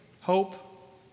hope